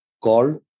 called